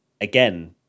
again